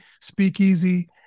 speakeasy